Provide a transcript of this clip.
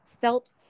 felt